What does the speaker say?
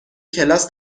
کلاس